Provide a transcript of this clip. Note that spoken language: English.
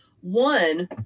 One